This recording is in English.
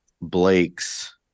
Blake's